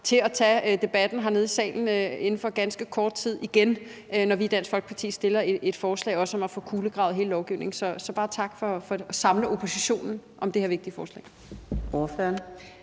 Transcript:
til at tage debatten hernede i salen om ganske kort tid igen, når vi i Dansk Folkeparti fremsætter et forslag om at få kulegravet hele lovgivningen. Så tak for at samle oppositionen om det her vigtige forslag.